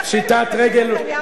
אתה תיבחר בפריימריס,